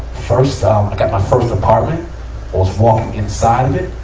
first, ah um, i got my first apartment, i was walking inside of it.